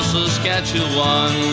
Saskatchewan